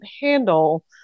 handle